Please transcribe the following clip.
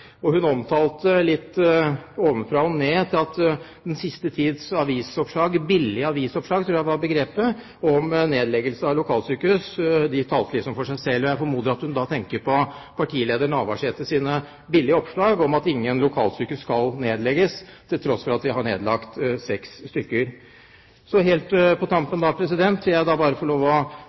Hun uttalte, litt ovenfra og ned, at den siste tids avisoppslag – billige avisoppslag, tror jeg var begrepet – om nedleggelse av lokalsykehus, liksom talte for seg selv. Jeg formoder at hun da tenkte på partileder Navarsetes «billige» oppslag om at ingen lokalsykehus skal nedlegges – til tross for at vi har nedlagt seks stykker. Helt på tampen vil jeg bare få lov å